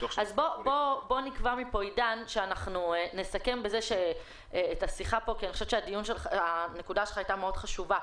אני חושבת שהנקודה שאתה מעלה היא מאוד חשובה.